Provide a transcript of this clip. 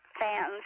fans